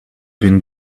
been